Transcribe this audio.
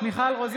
(קוראת בשמות חברי הכנסת) מיכל רוזין,